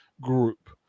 group